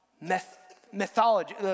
mythology